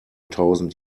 tausend